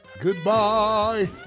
Goodbye